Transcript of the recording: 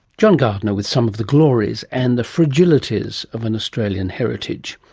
john gardiner with some of the glories and the fragilities of an australian heritage.